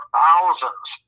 thousands